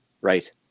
Right